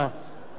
שכל חברי,